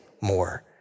more